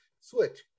Switch